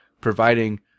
providing